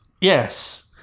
Yes